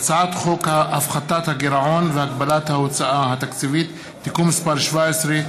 הצעת חוק הפחתת הגירעון והגבלת ההוצאה התקציבית (תיקון מס' 17),